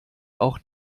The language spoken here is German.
auch